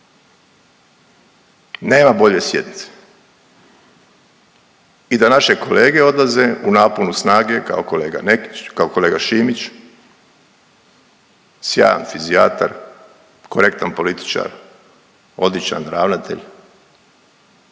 nema bolje sjednice i da naše kolege odlaze u naponu snage, kao kolega Nekić, kao kolega Šimić, sjajan fizijatar, korektan političar, odličan ravnatelj